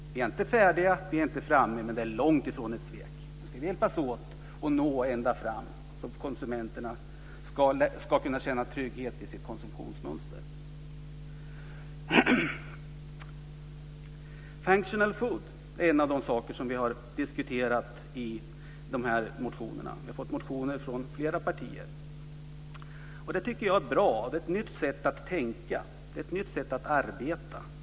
Vi är inte färdiga, vi är inte framme, men det är långt ifrån ett svek. Nu ska vi hjälpas åt och nå ända fram så att konsumenterna ska kunna känna trygghet i sitt konsumtionsmönster. Functional food är en av de saker som vi har diskuterat i de här motionerna. Vi har fått motioner från flera partier. Det tycker jag är bra. Det är ett nytt sätt att tänka, ett nytt sätt att arbeta.